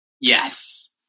Yes